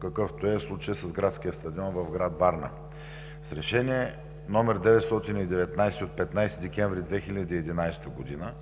какъвто е случаят с градския стадион в град Варна. С Решение 919 от 15 декември 2011 г.